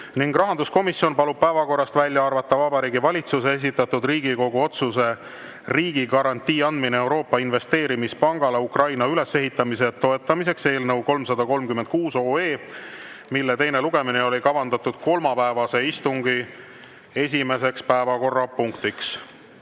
rahanduskomisjon palub päevakorrast välja arvata Vabariigi Valitsuse esitatud Riigikogu otsuse "Riigigarantii andmine Euroopa Investeerimispangale Ukraina ülesehitamise toetamiseks" eelnõu 336, mille teine lugemine oli kavandatud kolmapäevase istungi esimeseks päevakorrapunktiks.